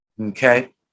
Okay